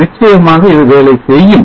நிச்சயமாக இது வேலை செய்யும்